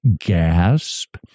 gasp